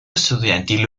estudiantil